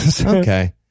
Okay